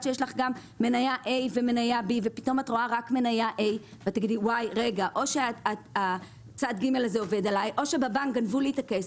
שיש לך מניה A ומניה B ופתאום את רואה רק מניה A. תגידי: או צד ג' עובד עליי או בבנק גנבו לי את הכסף.